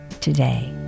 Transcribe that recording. today